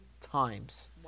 times